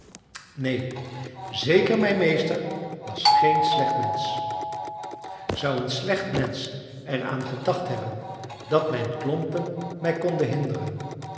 neen zeker mijn meester was geen slecht mensch zou een slecht mensch er aan gedacht hebben dat mijn klompen mij konden hinderen